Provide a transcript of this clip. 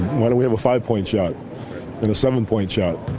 why don't we have a five-point shot and a seven-point shot?